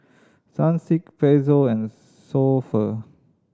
Sunsilk Pezzo and So Pho